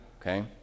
okay